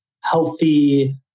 healthy